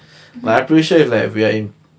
mmhmm